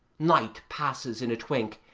night passes in a twink,